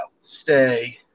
Stay